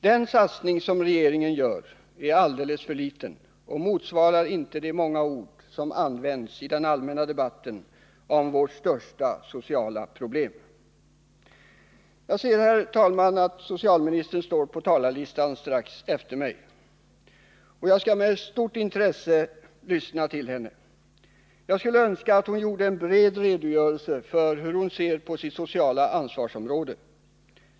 Den satsning som regeringen gör är alldeles för liten och motsvarar inte de många ord som används i den allmänna debatten om vårt största sociala problem. Jag ser, herr talman, att socialministern står strax efter mig på talarlistan. Jag skall med stort intresse lyssna till henne. Jag skulle önska att hon gjorde en bred redogörelse för hur hon ser på sitt sociala ansvarsområde.